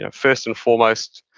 ah first and foremost,